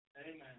Amen